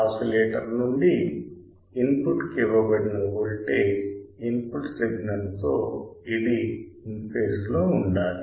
oscillator నుండి input కి ఇవ్వబడిన వోల్టేజ్ ఇన్పుట్ సిగ్నల్ తో ఇది ఇన్ ఫేజ్ లో ఉండాలి